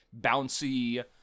bouncy